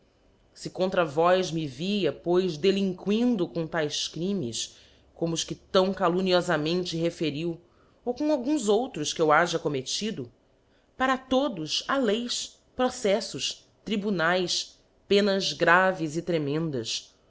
se contra vós me via pois delinquindo com taes crimes como os que tão calumniofamente referiu ou com alguns outros que eu haja commettido para todos ha leis proceflbs tribunaes penas graves e tremendas